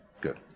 good